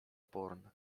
porn